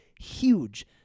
huge